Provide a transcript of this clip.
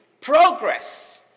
progress